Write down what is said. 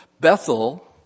Bethel